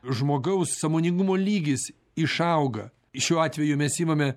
žmogaus sąmoningumo lygis išauga šiuo atveju mes imame